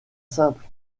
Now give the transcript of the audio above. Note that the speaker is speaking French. simple